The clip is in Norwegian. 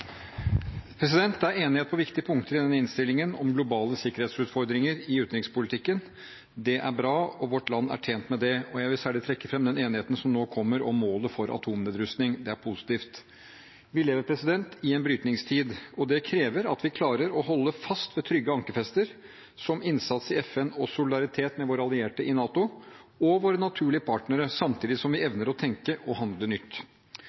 er enighet på viktige punkter i denne innstillingen om globale sikkerhetsutfordringer i utenrikspolitikken. Det er bra, vårt land er tjent med det. Jeg vil særlig trekke fram den enigheten som nå kommer om målet for atomnedrustning, det er positivt. Vi lever i en brytningstid, og det krever at vi klarer å holde fast ved trygge ankerfester, som innsats i FN og solidaritet med våre allierte i NATO og våre naturlige partnere, samtidig som vi evner å tenke og handle nytt.